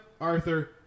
Arthur